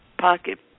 pocket